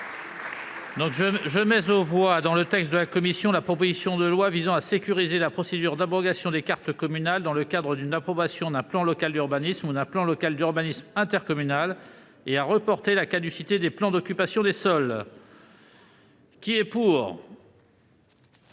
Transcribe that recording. Je mets aux voix, dans le texte de la commission, la proposition de loi visant à sécuriser la procédure d'abrogation des cartes communales dans le cadre d'une approbation d'un plan local d'urbanisme (PLU) ou d'un plan local d'urbanisme intercommunal (PLUi) et à reporter la caducité des plans d'occupation des sols (POS). L'ordre